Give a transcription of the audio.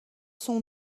son